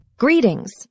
Greetings